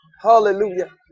hallelujah